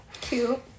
cute